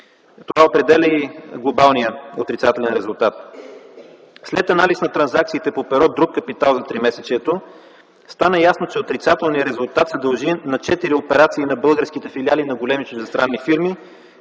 Това определя и глобалния отрицателен резултат. След анализ на транзакциите по перо „Друг капитал” за тримесечието стана ясно, че отрицателният резултат се дължи на четири операции на българските филиали на големи чуждестранни фирми,